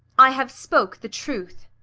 i have spoke the truth.